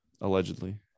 Allegedly